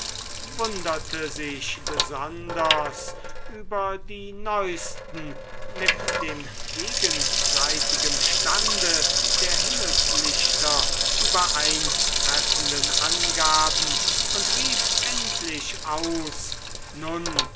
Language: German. wunderte sich besonders über die neusten mit dem gegenseitigen stande der himmelslichter übereintreffenden angaben und rief endlich aus nun